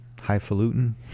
highfalutin